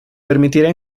permitirá